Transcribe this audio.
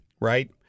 Right